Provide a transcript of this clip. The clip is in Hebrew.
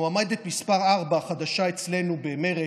המועמדת מס' ארבע החדשה אצלנו במרצ,